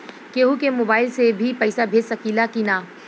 केहू के मोवाईल से भी पैसा भेज सकीला की ना?